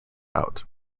out